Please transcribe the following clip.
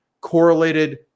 correlated